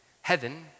heaven